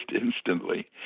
instantly